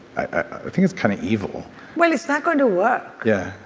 i think it's kind of evil well, it's not going to work yeah.